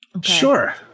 Sure